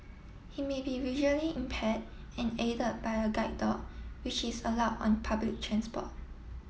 he may be visually impaired and aided by a guide dog which is allow on public transport